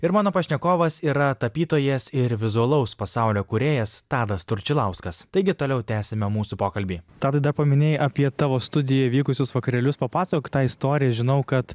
ir mano pašnekovas yra tapytojas ir vizualaus pasaulio kūrėjas tadas tručilauskas taigi toliau tęsiame mūsų pokalbį tadai dar paminėjai apie tavo studijoj vykusius vakarėlius papasakok tą istoriją žinau kad